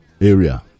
area